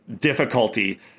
difficulty